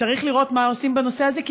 צריך לראות מה עושים בנושא הזה,